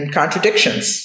contradictions